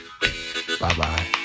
Bye-bye